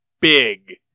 big